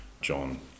John